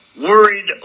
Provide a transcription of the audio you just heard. worried